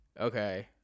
Okay